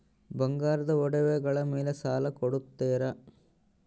ಬಂಗಾರದ ಒಡವೆಗಳ ಮೇಲೆ ಸಾಲ ಕೊಡುತ್ತೇರಾ?